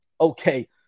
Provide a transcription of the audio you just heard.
Okay